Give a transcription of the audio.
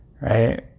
Right